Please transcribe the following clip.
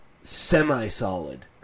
semi-solid